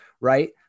right